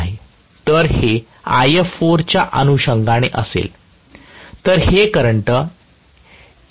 तर हे If4 च्या अनुषंगाने असेल तर हे करंट 1